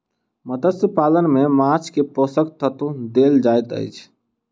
मत्स्य पालन में माँछ के पोषक तत्व देल जाइत अछि